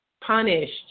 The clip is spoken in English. punished